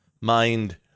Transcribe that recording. mind